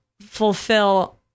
fulfill